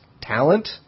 talent